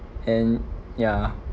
and ya